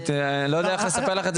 פשוט אני לא יודע איך לספר לך את זה